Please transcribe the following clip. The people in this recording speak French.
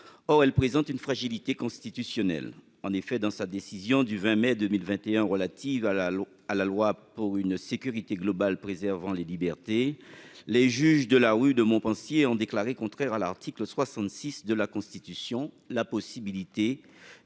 des lois, présente une fragilité constitutionnelle. En effet, dans sa décision du 20 mai 2021 relative à la loi pour une sécurité globale préservant les libertés, les juges de la rue de Montpensier ont déclaré contraire à l'article 66 de la Constitution la possibilité